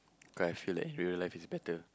cause I feel that real life is better